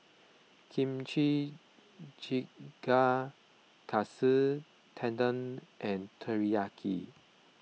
Kimchi Jjigae Katsu Tendon and Teriyaki